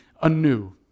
anew